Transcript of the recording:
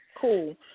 Cool